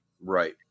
Right